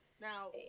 Now